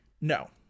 No